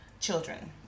children